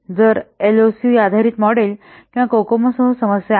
तर हे L O C आधारित मॉडेल किंवा कोकोमोसह समस्या आहे